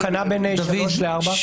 דוד, תגיש